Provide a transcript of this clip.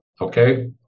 Okay